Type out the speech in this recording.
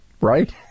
right